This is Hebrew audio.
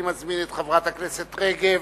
אני מזמין את חברת הכנסת רגב,